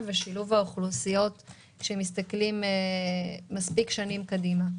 ושילוב האוכלוסיות כשמסתכלים מספיק שנים קדימה.